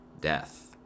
death